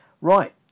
Right